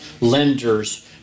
lenders